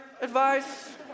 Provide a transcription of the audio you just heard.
advice